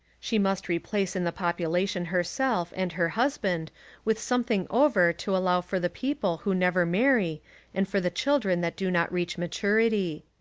she must replace in the population herself and her husband with something over to allow for the people who never marry and for the children that do not reach maturity.